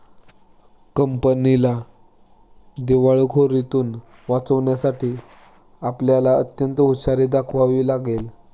कंपनीला दिवाळखोरीतुन वाचवण्यासाठी आपल्याला अत्यंत हुशारी दाखवावी लागेल